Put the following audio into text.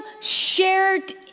shared